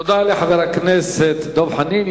תודה לחבר הכנסת דב חנין.